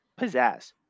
pizzazz